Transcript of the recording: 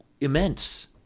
immense